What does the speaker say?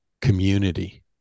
community